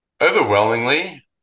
Overwhelmingly